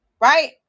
right